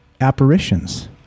apparitions